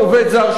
אם לא נפעל,